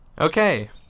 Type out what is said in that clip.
Okay